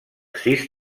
sis